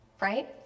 Right